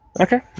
Okay